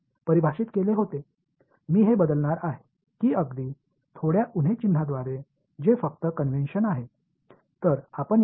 ஒரு கழித்தல் அடையாளத்தால் நான் அதை கொஞ்சம் மாற்றப் போகிறேன்இது ஒரு கன்வென்ஸன் மட்டுமே